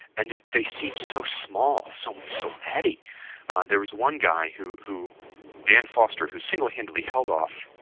and they seem so small, so so patty there was one guy who who dan foster, who single-handedly held off